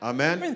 Amen